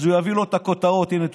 אז הוא יביא לו את הכותרות: הינה,